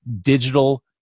digital